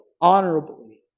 honorably